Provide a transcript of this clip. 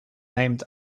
named